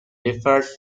referred